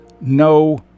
No